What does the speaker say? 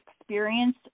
experience